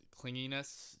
clinginess